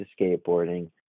skateboarding